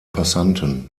passanten